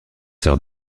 sœur